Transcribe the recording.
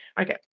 Okay